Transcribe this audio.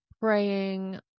praying